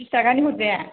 बिस थाखानि हरजाया